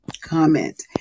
comment